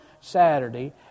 Saturday